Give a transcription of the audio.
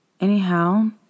Anyhow